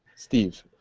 steve,